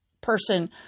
person